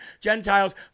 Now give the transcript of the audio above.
Gentiles